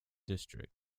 district